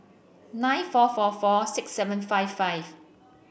nine four four four six seven five five